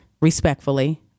respectfully